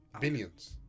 billions